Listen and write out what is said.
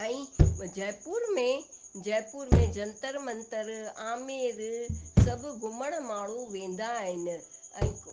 ऐं जयपुर में जयपुर में जंतर मंतर आमिर सभु घुमणु माण्हू वेंदा आहिनि ऐं